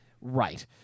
right